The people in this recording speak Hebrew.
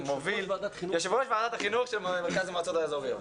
ויושב ראש ועדת החינוך של מרכז המועצות האזוריות.